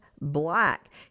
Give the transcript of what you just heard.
Black